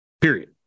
Period